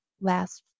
last